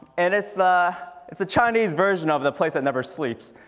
and it's the it's the chinese version of the place that never sleeps.